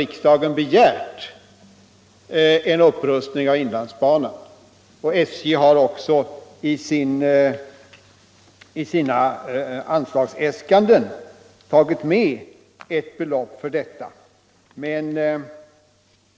Riksdagen har begärt en upprustning av inlandsbanan, och SJhar = också i sina anslagsäskanden tagit med ett belopp för detta ändamål. Men = Statens järnvägars